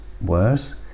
worse